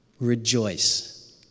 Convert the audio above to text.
Rejoice